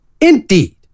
Indeed